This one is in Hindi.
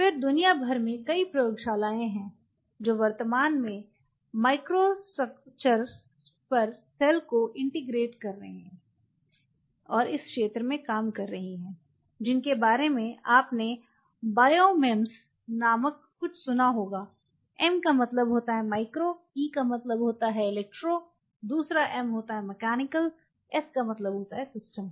फिर दुनिया भर में कई प्रयोगशालाएं हैं जो वर्तमान में माइक्रोस्ट्रक्चर पर सेल्स को इंटेग्रटे करने के क्षेत्र में काम कर रही हैं जिनके बारे में आपने बायोमेम्स नामक कुछ सुना होगा M का मतलब होता है माइक्रो E का मतलब होता है इलेक्ट्रो दूसरा M होता है मैकेनिकल S का मतलब होता है सिस्टम